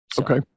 Okay